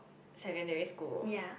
secondary school